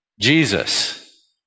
Jesus